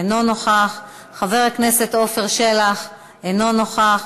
אינו נוכח, חבר הכנסת עפר שלח, אינו נוכח,